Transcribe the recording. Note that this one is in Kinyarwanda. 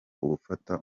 ufata